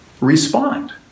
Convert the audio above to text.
respond